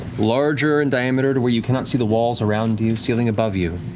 larger in diameter to where you cannot see the walls around you, ceiling above you,